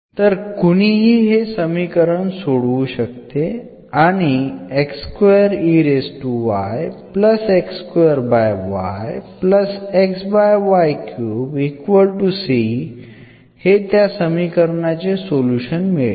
तर कुणीही हे समीकरण सोडवू शकते आणि हे त्या समीकरणाचे सोल्युशन मिळेल